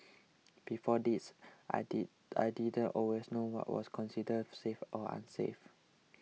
before this I did I didn't always know what was considered safe or unsafe